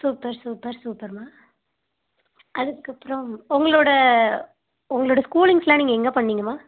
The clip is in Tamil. சூப்பர் சூப்பர் சூப்பர்ம்மா அதுக்கப்புறம் உங்களோட உங்களோட ஸ்கூலிங்ஸ் எல்லாம் நீங்கள் எங்கே பண்ணிங்கம்மா